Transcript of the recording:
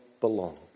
belong